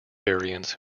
variants